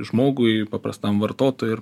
žmogui paprastam vartotojui ir